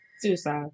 suicide